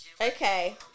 Okay